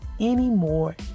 anymore